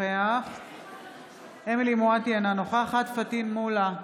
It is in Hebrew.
נוכח אמילי חיה מואטי, אינה נוכחת פטין מולא,